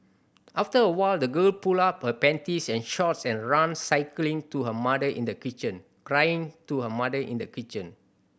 after a while the girl pulled up panties and shorts and ran crying to her mother in the kitchen